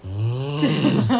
mm